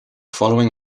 following